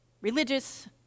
religious